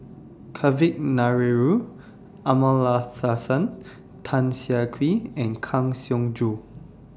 Kavignareru Amallathasan Tan Siah Kwee and Kang Siong Joo